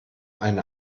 eine